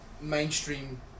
mainstream